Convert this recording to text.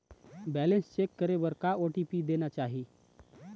Balance check करे बर का ओ.टी.पी देना चाही?